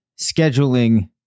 scheduling